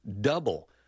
Double